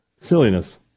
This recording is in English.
Silliness